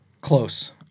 Close